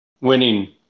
winning